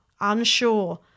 unsure